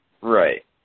Right